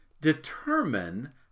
determine